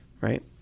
Right